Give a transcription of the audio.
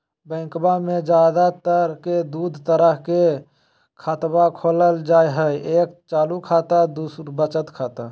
बैंकवा मे ज्यादा तर के दूध तरह के खातवा खोलल जाय हई एक चालू खाता दू वचत खाता